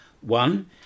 One